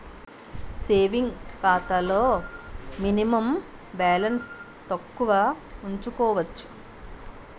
savings ఖాతాలో minimum balance తక్కువ ఉంచుకోవచ్చు